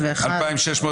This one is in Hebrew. לא אושרה.